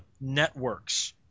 networks